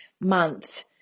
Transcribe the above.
month